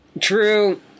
True